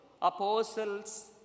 Apostles